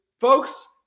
folks